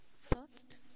First